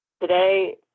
today